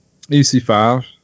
EC5